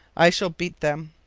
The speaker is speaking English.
i shall beat them